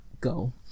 go